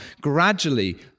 gradually